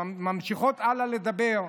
הן ממשיכות הלאה לדבר.